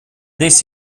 this